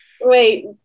Wait